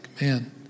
man